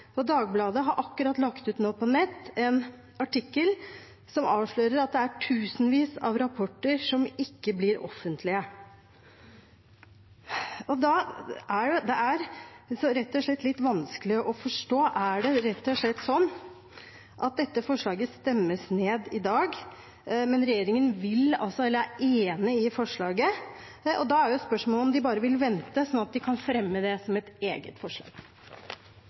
Dagbladet har akkurat nå lagt ut på nett en artikkel som avslører at det er tusenvis av rapporter som ikke blir offentlige. Det er rett og slett litt vanskelig å forstå: Er det sånn at dette forslaget stemmes ned i dag, men at regjeringen er enig i forslaget? Da er spørsmålet om de bare vil vente, sånn at de kan fremme det som et eget forslag.